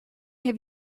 have